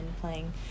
playing